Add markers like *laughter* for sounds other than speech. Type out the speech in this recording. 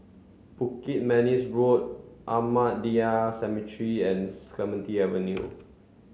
Bukit Manis Road Ahmadiyya Cemetery and *unintelligible* Avenue